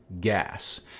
gas